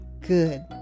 good